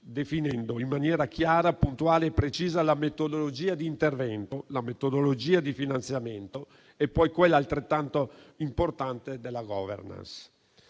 definendo in maniera chiara, puntuale e precisa la metodologia di intervento, la metodologia di finanziamento e poi quella, altrettanto importante, della *governance*.